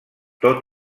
tot